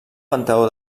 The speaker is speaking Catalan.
panteó